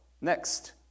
Next